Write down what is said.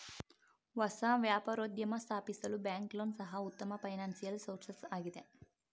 ಹೊಸ ವ್ಯಾಪಾರೋದ್ಯಮ ಸ್ಥಾಪಿಸಲು ಬ್ಯಾಂಕ್ ಲೋನ್ ಸಹ ಉತ್ತಮ ಫೈನಾನ್ಸಿಯಲ್ ಸೋರ್ಸಸ್ ಆಗಿದೆ